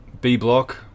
B-Block